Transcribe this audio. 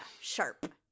sharp